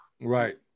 Right